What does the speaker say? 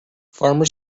farmers